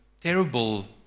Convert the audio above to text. terrible